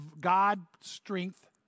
God-strength